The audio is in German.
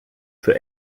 für